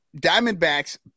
Diamondbacks